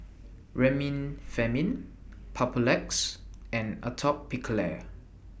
Remifemin Papulex and Atopiclair